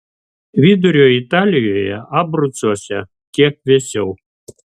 vidurio italijoje abrucuose kiek vėsiau